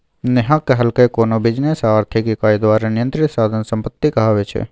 नेहा कहलकै कोनो बिजनेस या आर्थिक इकाई द्वारा नियंत्रित साधन संपत्ति कहाबै छै